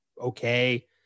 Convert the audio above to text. okay